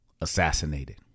assassinated